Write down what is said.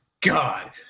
god